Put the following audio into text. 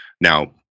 Now